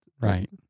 Right